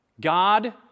God